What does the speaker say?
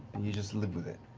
you just live with it.